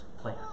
plan